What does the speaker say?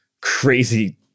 crazy